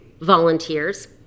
volunteers